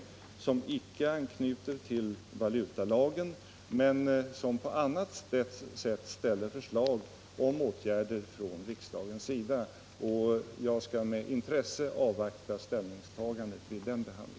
Den är då icke anknuten till valutalagen, utan ställer på annat sätt förslag om åtgärder från riksdagens sida. Jag skall med intresse avvakta ställningstagandet till den motionen.